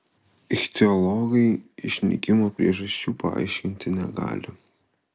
ichtiologai išnykimo priežasčių paaiškinti negali